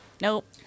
Nope